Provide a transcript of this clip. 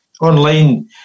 online